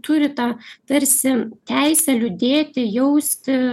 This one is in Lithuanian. turi tą tarsi teisę liūdėti jausti